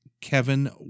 Kevin